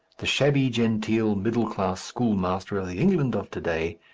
the shabby-genteel middle-class schoolmaster of the england of to-day,